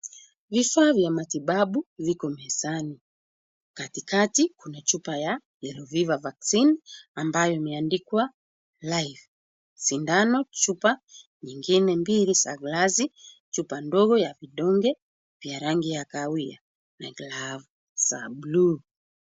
Vifaa vya matibabu viko mezani, katikati kuna chupa ya yellow fever vaccine ambayo imeandikwa live , sindano chupa nyingine mbili za glesi, chupa ndogo ya vidonge vya rangi ya kahawia na glavu za bluu.